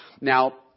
Now